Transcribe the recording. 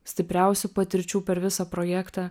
stipriausių patirčių per visą projektą